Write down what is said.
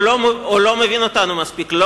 או לא מבין אותנו מספיק.